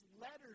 letters